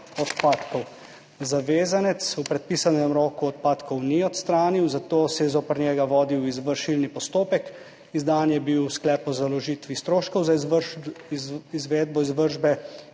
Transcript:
odpadkov. Zavezanec v predpisanem roku odpadkov ni odstranil, zato se je zoper njega vodil izvršilni postopek. Izdan je bil sklep o založitvi stroškov za izvedbo izvršbe